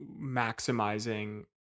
maximizing